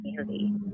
community